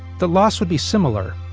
the loss would be similar.